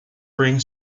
bring